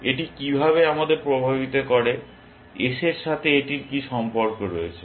এটি কীভাবে আমাদের প্রভাবিত করে S এর সাথে এটির কী সম্পর্ক রয়েছে